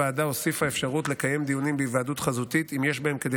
הוועדה הוסיפה אפשרות לקיים דיונים בהיוועדות חזותית אם יש בהם כדי